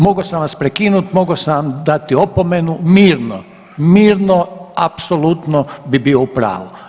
Mogao sam vas prekinut, mogao sam vam dati opomenu mirno, mirno apsolutno bi bio u pravu.